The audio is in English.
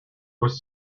was